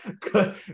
good